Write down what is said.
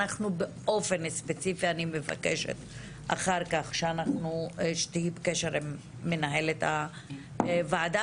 ובאופן ספציפי אני מבקשת שאחר כך תהיי בקשר עם מנהלת הוועדה,